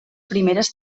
primeres